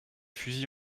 fusils